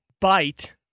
bite